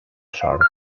sort